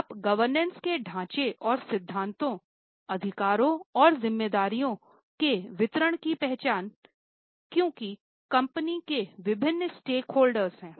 अब गवर्नेंस हैं